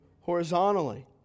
horizontally